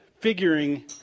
figuring